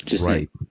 Right